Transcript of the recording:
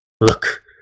Look